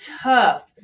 tough